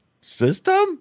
system